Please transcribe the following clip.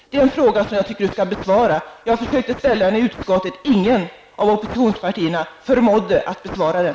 Det är en fråga som jag tycker att han skall besvara. Jag försökte ställa den i utskottet, men ingen av oppositionspartierna förmådde att besvara den.